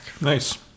Nice